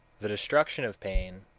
the destruction of pain,